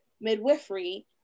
midwifery